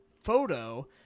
photo